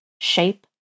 shape